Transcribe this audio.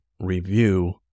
review